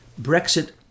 Brexit